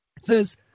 says